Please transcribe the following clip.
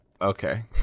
Okay